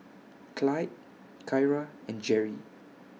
Clydie Kyra and Jerry